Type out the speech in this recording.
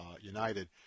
United